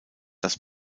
das